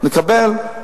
נקבל.